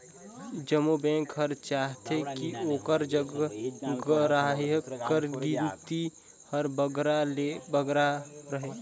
जम्मो बेंक हर चाहथे कि ओकर जग गराहक कर गिनती हर बगरा ले बगरा रहें